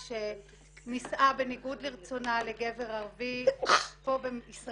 שנישאה בניגוד לרצונה לגבר ערבי ישראלי,